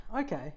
Okay